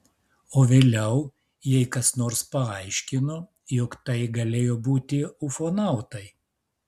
o vėliau jai kas nors paaiškino jog tai galėjo būti ufonautai